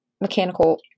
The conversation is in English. mechanical